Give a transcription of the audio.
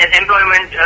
employment